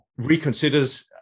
reconsiders